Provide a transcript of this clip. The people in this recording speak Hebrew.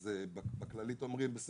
אז בכללית אומרים: בסדר,